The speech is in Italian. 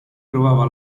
provava